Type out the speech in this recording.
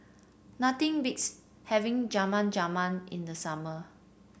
nothing beats having Jamun Jamun in the summer